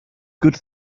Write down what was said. good